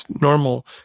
normal